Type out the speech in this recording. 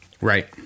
Right